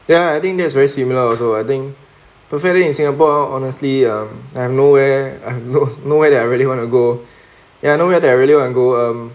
ya I think that's very similar also I think preferably in singapore honestly um I have nowhere I've no nowhere that I really want to go ya nowhere that I really want to go um